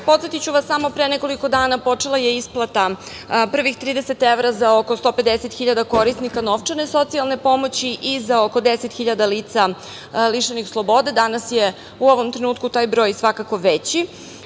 privrede. Podsetiću vas. Pre nekoliko dana počela je isplata privih 30 evra za oko 150.000 korisnika novčane socijalne pomoći i za oko 10.000 lica lišenih slobode. Danas je u ovom trenutku taj broj svakako veći.